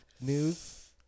news